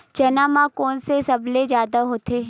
चना म कोन से सबले जादा होथे?